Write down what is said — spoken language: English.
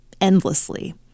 endlessly